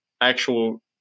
actual